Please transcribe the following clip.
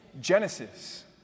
Genesis